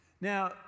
Now